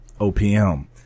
OPM